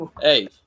Hey